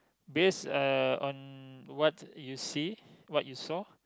based uh on what you see what you saw